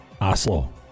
Oslo